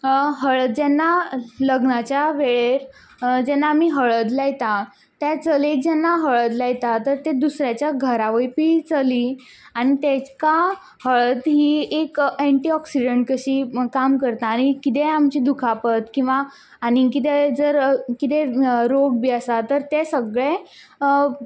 हळद जेन्ना लग्नाचे वेळेर जेन्ना आमी हळद लायता त्या चलयेक जेन्ना हळद लायता तर ते दुसऱ्याच्या घरा वयपी चली आनी तेका हळद ही एक एन्टी ओक्सीडंट कशी काम करता आनी कितेंय आमची दुखापद किंवा आनी कितेंय जर कितें रोग बी आसा तर तें सगळें